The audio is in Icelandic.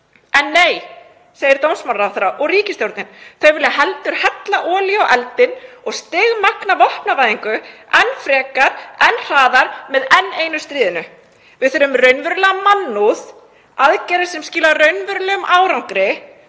En nei, segir dómsmálaráðherra og ríkisstjórnin. Þau vilja heldur hella olíu á eldinn og stigmagna vopnavæðingu enn frekar, enn hraðar með enn einu stríðinu. Við þurfum raunverulega mannúð, aðgerðir sem skila raunverulegum árangri.